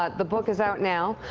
ah the book is out now.